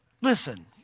Listen